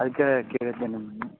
ಅದಕ್ಕೆ ಕೇಳಿದ್ದೆ ನಿಮ್ಮನ್ನ